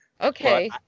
Okay